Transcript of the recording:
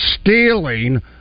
stealing